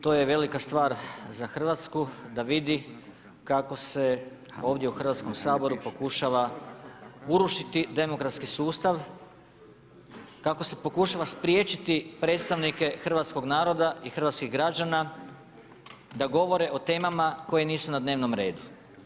To je velika stvar za Hrvatsku, da vidi, kako se ovdje u Hrvatskom saboru, pokušava urušiti demografski sustav, kako se pokušava spriječiti predstavnike hrvatskog naroda i hrvatskih građana da govore o temama koje nisu na dnevnom redu.